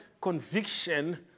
conviction